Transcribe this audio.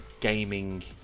gaming